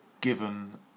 given